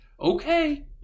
okay